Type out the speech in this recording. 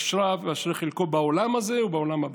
אשריו ואשרי חלקו בעולם הזה ובעולם הבא.